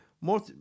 More